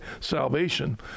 salvation